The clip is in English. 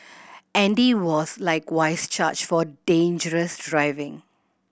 Andy was likewise charged for dangerous driving